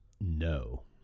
No